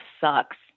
sucks